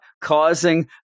causing